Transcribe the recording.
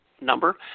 number